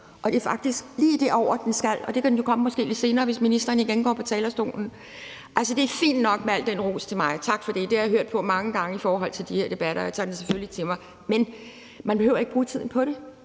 og det er faktisk lige derover, den skal, og det kan den jo måske komme lidt senere, hvis ministeren igen går på talerstolen. Det fint nok med al den ros til mig. Tak for det. Det har jeg hørt på mange gange i forbindelse med de her debatter, og jeg tager det selvfølgelig til mig. Men man behøver ikke at bruge tiden på det,